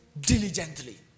diligently